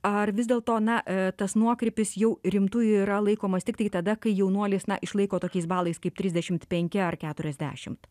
ar vis dėlto na tas nuokrypis jau rimtu yra laikomas tiktai tada kai jaunuoliais na išlaiko tokiais balais kaip trisdešimt penki ar keturiasdešimt